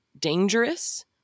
dangerous